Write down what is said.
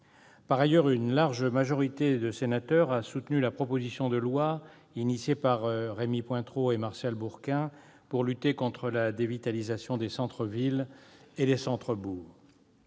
Par ailleurs, une large majorité de sénateurs a soutenu la proposition de loi initiée par Rémy Pointereau et Martial Bourquin pour lutter contre la dévitalisation des centres-villes et des centres-bourgs.